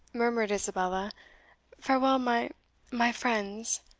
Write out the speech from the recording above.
murmured isabella farewell, my my friends!